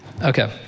Okay